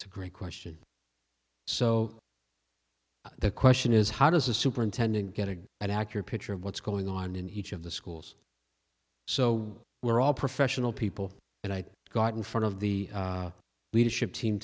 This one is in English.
is a great question so the question is how does a superintendent get a good and accurate picture of what's going on in each of the schools so we're all professional people and i got in front of the leadership team